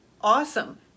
awesome